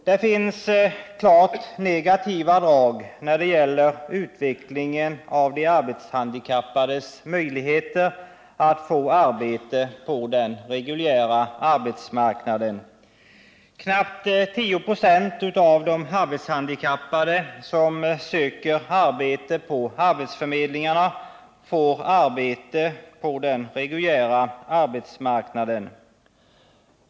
Det finns klart negativa drag när det gäller utvecklingen av de arbetshandikappades möjligheter att få arbete på den reguljära arbetsmarknaden. Knappt 10 96 av de arbetshandikappade som söker arbete på arbetsförmedlingarna får arbete på den reguljära arbetsmarknaden.